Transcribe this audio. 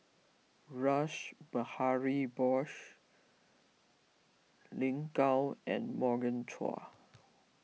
Rash Behari Bose Lin Gao and Morgan Chua